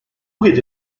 gece